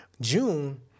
June